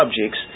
subjects